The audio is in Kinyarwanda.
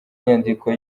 inyandiko